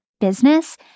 business